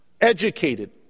educated